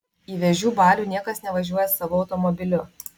į vėžių balių niekas nevažiuoja savu automobiliu